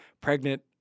pregnant